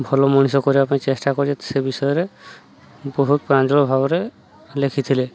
ଭଲ ମଣିଷ କରିବା ପାଇଁ ଚେଷ୍ଟା କରେ ସେ ବିଷୟରେ ବହୁତ ପ୍ରାଞ୍ଜଳ ଭାବରେ ଲେଖିଥିଲେ